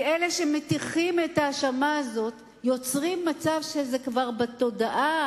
כי אלה שמטיחים את ההאשמה הזאת יוצרים מצב שזה כבר בתודעה,